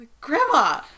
Grandma